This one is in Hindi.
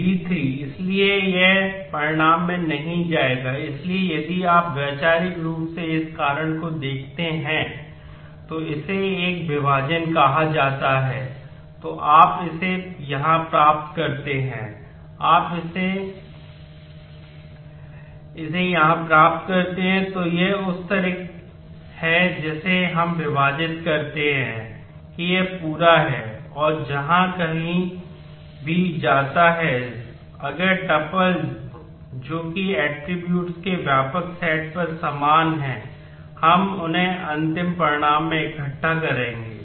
तो यह विशेष रूप से टपल के व्यापक सेट पर समान हैं हम उन्हें अंतिम परिणाम में इकट्ठा करेंगे